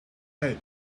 head